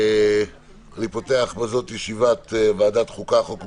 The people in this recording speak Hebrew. אני פותח את ישיבת ועדת החוקה, חוק ומשפט.